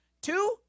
Two